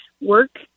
work